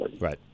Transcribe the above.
Right